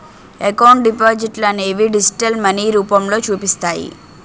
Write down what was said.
account డిపాజిట్లనేవి digital money రూపంలో చూపిస్తాయి